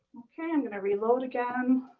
okay, i'm gonna reload again.